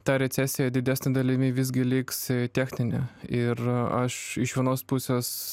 ta recesija didesne dalimi visgi liks techninė ir aš iš vienos pusės